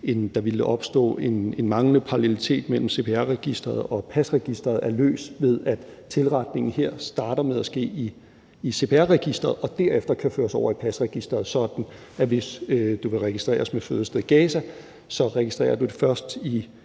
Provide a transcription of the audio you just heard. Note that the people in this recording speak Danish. at der ville opstå en manglende parallelitet mellem CPR-registreret og pasregisteret, er løst, ved at tilretningen her starter med at ske i CPR-registeret og derefter kan føres over i pasregisteret, sådan at hvis du vil registreres med fødested Gaza, så registrerer du det først i